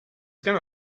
gonna